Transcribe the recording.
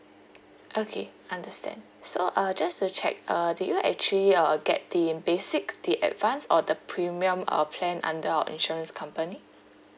okay understand so uh just to check uh did you actually uh get the basic the advance or the premium uh plan under our insurance company